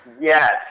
Yes